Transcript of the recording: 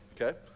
okay